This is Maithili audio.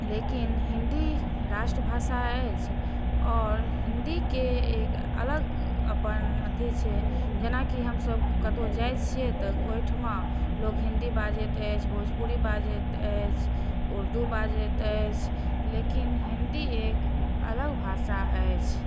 लेकिन हिन्दी राष्ट्रभाषा अछि आओर हिन्दीके एक अलग अपन अथी छै जेनाकि हमसब कतहु जाइ छिए तऽ ओहिठाम लोक हिन्दी बाजैत अछि भोजपुरी बाजैत अछि उर्दू बाजैत अछि लेकिन हिन्दी एक अलग भाषा अछि